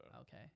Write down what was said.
Okay